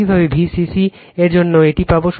একইভাবে bcc এর জন্য আমরা এটি পাব